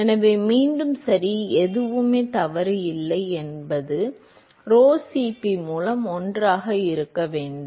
எனவே மீண்டும் சரி எதுவுமே தவறு இல்லை என்பது rho Cp மூலம் 1 ஆக இருக்க வேண்டும்